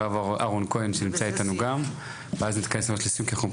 הרב אהרון כהן שנמצא איתנו כאן ואז נתכנס לסיכום,